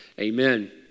Amen